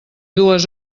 dues